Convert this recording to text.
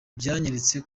byanyeretse